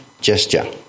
gesture